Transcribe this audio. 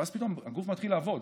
ואז פתאום הגוף מתחיל לעבוד.